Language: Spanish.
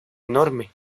enorme